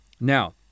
Now